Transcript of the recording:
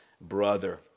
brother